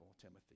Timothy